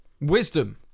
Wisdom